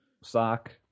sock